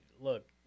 look